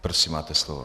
Prosím, máte slovo.